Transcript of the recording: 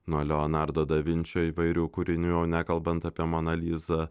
nuo leonardo da vinčio įvairių kūrinių nekalbant apie moną lizą